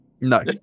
No